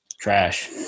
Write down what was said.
trash